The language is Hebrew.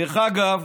דרך אגב,